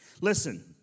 Listen